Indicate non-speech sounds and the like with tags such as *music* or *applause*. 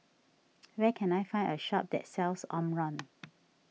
*noise* where can I find a shop that sells Omron